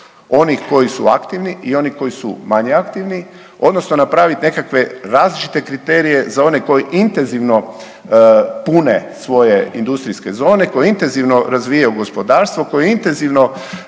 onih koji su aktivni i oni koji su manje aktivni odnosno napravit nekakve različite kriterije za one koji intenzivno pune svoje industrijske zone, koje intenzivno razvijaju gospodarstvo, koje intenzivno